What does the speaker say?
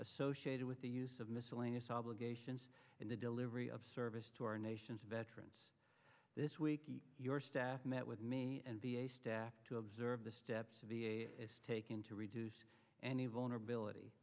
associated with the use of miscellaneous obligations and the delivery of service to our nation's veterans this week your staff met with me and be a staff to observe the steps to be a is taken to reduce any vulnerability